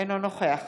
אינו נוכח